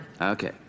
Okay